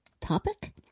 topic